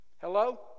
Hello